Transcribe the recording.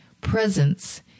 presence